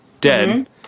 Dead